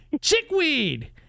chickweed